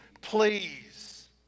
please